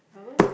apa